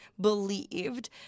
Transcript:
believed